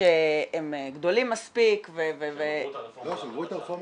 שהם גדולים מספיק -- שהם עברו את הרפורמה.